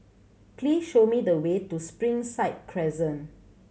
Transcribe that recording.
please show me the way to Springside Crescent